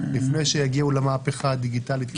לפני שיגיעו למהפכה הדיגיטלית.